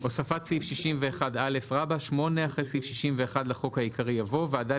הוספת סעיף 61א8.אחרי סעיף 61 לחוק העיקרי יבוא: ועדה